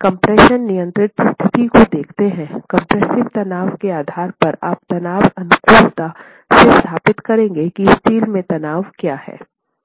compression नियंत्रित स्थिति को देखते थे कम्प्रेसिव तनाव के आधार पर आप तनाव अनुकूलता से स्थापित करेंगे कि स्टील के तनाव क्या हैं